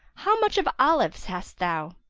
how much of olives hast thou?